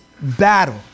battle